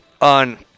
on